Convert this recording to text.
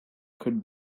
could